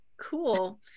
Cool